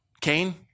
Cain